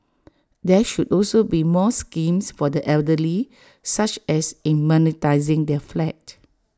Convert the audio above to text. there should also be more schemes for the elderly such as in monetising their flat